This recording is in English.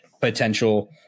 potential